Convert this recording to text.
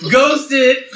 Ghosted